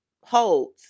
Holds